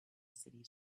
city